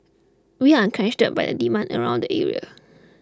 we are encouraged by the demand around the area